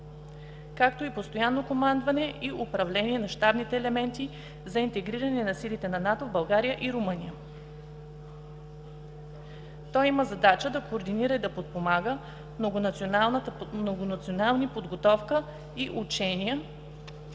както и постоянно командване и управление на щабните елементи за интегриране на силите на НАТО в България и Румъния. Той има задача да координира и да подпомага многонационални подготовка и учения